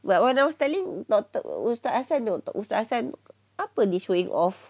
but when I was telling doctor ustaz hasan ustaz hasan apa dia showing off